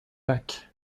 pack